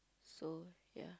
so ya